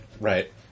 Right